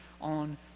on